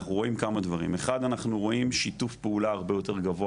אנחנו רואים כמה דברים שיתוף פעולה הרבה יותר גבוה